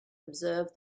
observe